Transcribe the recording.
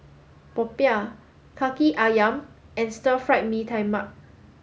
Popiah Kaki Ayam and stir fried Mee Tai Mak